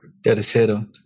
Tercero